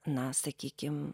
na sakykim